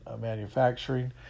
manufacturing